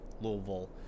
louisville